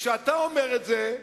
כשאתה אומר את זה,